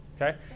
Okay